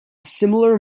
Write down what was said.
similar